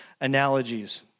analogies